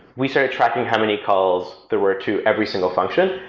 we started tracking how many calls there were to every single function.